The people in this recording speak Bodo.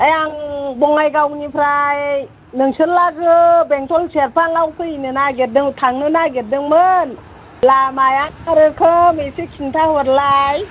ओइ आं बङाइगावनिफ्राय नोंसोरलागो बेंटल सेरफाङाव फैनो नागिरदों थांनो नागिरदोंमोन लामाया मा रोखोम एसे खिन्थाहरलाय